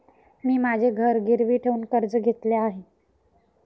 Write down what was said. मी माझे घर गिरवी ठेवून कर्ज घेतले आहे